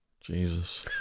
Jesus